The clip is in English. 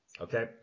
Okay